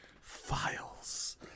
files